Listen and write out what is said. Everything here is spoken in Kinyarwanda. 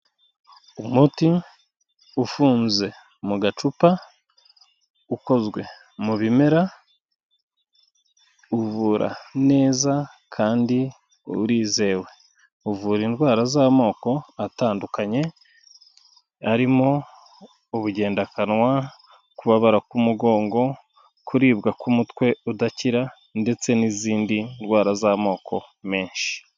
Umuti ufunze mu gacupa ukozwe mu bimera, uvura neza kandi urizewe, uvura indwara z'amoko atandukanye, harimo ubugendakanwa ,kubabara k'umugongo, kuribwa k'umutwe udakira, ndetse n'izindi ndwara z'amoko menshi.